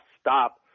stop